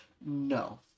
no